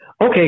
Okay